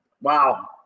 wow